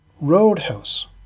Roadhouse